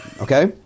Okay